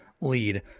lead